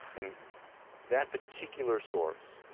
and that particular source,